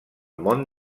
món